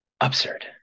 Absurd